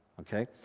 Okay